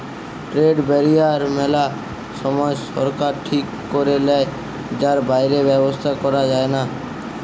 trade barrier মেলা সময় সরকার ঠিক করে লেয় যার বাইরে ব্যবসা করা যায়না